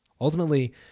Ultimately